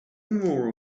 memorial